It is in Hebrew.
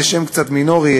זה שם קצת מינורי,